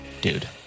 Dude